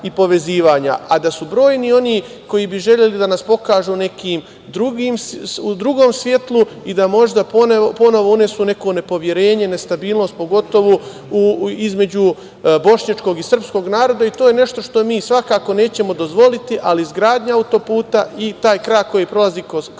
i povezivanja, a da su brojni oni koji bi želeli da nas pokažu u nekom drugom svetlu i da možda ponovo unesu neko nepoverenje, nestabilnost, pogotovo između bošnjačkog i srpskog naroda. To je nešto što mi svakako nećemo dozvoliti, ali izgradnja auto-puta i taj krak koji prolazi kroz